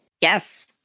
yes